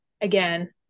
again